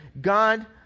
God